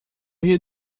rio